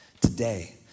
today